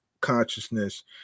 consciousness